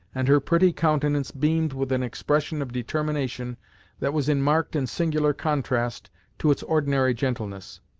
and her pretty countenance beamed with an expression of determination that was in marked and singular contrast to its ordinary gentleness.